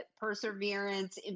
perseverance